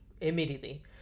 immediately